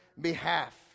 behalf